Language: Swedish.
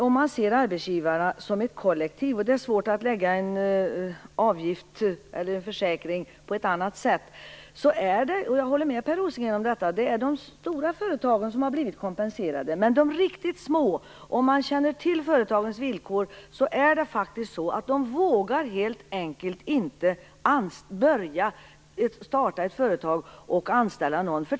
Om man ser arbetsgivarna som ett kollektiv - och det är svårt att lägga en försäkring på ett annat sätt - är det de stora företagen som blir kompenserade. Där håller jag med Per Rosengren. De riktigt små vågar helt enkelt inte starta ett företag och anställa någon.